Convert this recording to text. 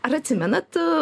ar atsimenat